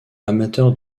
amateur